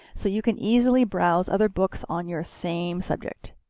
so you can easily browse other books on your same subject.